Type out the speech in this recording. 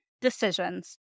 decisions